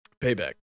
Payback